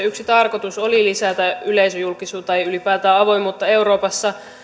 yksi tarkoitus oli lisätä yleisöjulkisuutta ja ylipäätään avoimuutta euroopassa